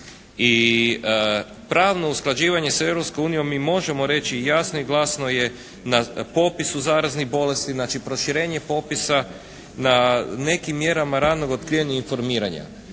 Europskom unijom mi možemo reći jasno i glasno je na popisu zaraznih bolesti, znači proširenje popisa na nekim mjerama ranog otkrivanja i informiranja.